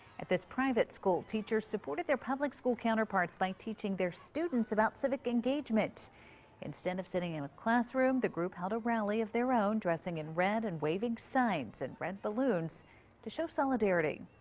at this private school teachers supported their public school counterparts by teaching their students about civic engagement instead of sitting in a classroom, the group held a rally of their own. dressing in red, and waving signs and red balloons to show their solidarity.